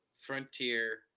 frontier